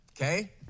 okay